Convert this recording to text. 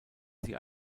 sie